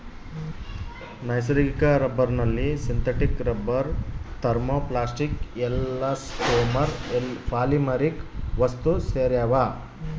ನೈಸರ್ಗಿಕ ರಬ್ಬರ್ನಲ್ಲಿ synthetic rubber thermoplastic elastomer polymeric ವಸ್ತುಸೇರ್ಯಾವ